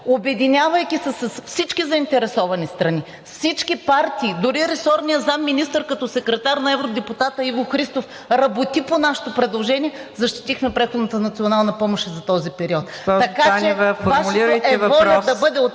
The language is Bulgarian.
обединявайки се с всички заинтересовани страни, всички партии, дори ресорният заместник-министър като секретар на евродепутата Иво Христов, работи по нашето предложение, защитихме преходната национална помощ и за този период. ПРЕДСЕДАТЕЛ МУКАДДЕС